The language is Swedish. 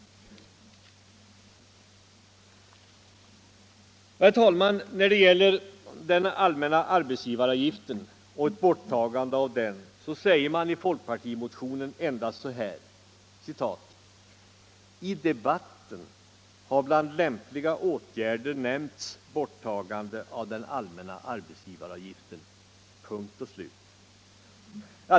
Herr talman! När det gäller ett borttagande av den allmänna arbetsgivaravgiften säger man i folkpartimotionen endast så här: ”I debatten har bland lämpliga åtgärder nämnts borttagande av den allmänna arbetsgivaravgiften” — punkt och slut.